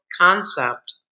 concept